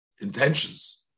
intentions